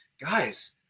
guys